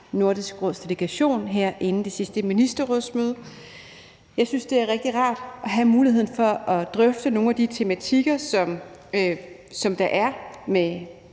Nordisk Råds delegation her inden det sidste ministerrådsmøde; det sætter jeg utrolig stor pris på. Jeg synes, det er rigtig rart at have muligheden for at drøfte nogle af de tematikker, som der er, med